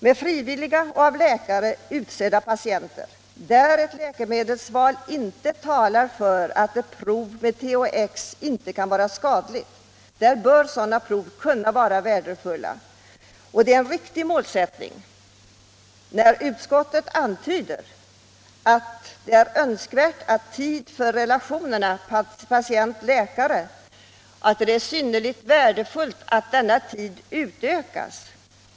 Med frivilliga och av läkare utsedda patienter, där läkemedelsvalet talar för att prov med THX inte skulle vara skadligt, bör sådana prov kunna vara värdefulla. Och det är riktigt när utskottet antyder att det är synnerligen värdefullt att tiden för relationerna mellan patient och läkare utökas.